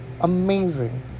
Amazing